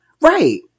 Right